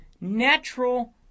natural